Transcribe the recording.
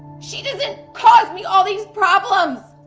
she doesn't cause me all these problems.